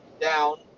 down